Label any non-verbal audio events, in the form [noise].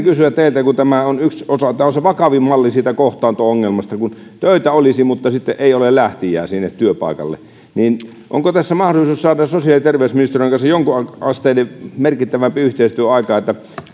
[unintelligible] kysyä teiltä kun tämä on yksi osa tämä on se vakavin malli siitä kohtaanto ongelmasta että töitä olisi mutta ei ole lähtijää sinne työpaikalle onko tässä mahdollisuus saada sosiaali ja terveysministeriön kanssa jonkinasteinen merkittävämpi yhteistyö aikaan niin että